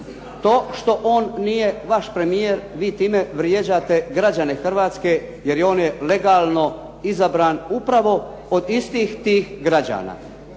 To što on nije vaš premijer, vi time vrijeđate građane Hrvatske jer je on legalno izabran upravo od istih tih građana.